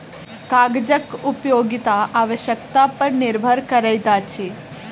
कागजक उपयोगिता आवश्यकता पर निर्भर करैत अछि